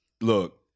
look